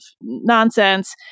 nonsense